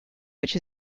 which